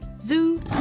Zoo